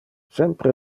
sempre